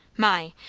my!